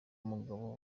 mugabo